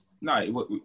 no